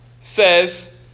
says